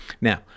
Now